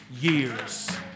years